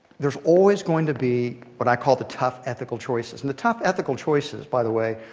there's always going to be what i call the tough ethical choices. and the tough ethical choices, by the way,